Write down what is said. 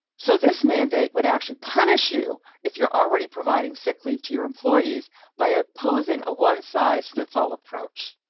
so this mandate would actually punish you if you're already providing sick leave to your employees by imposing a one size fits all approach,